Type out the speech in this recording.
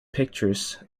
pictures